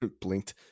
Blinked